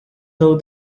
though